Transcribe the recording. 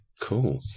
Cool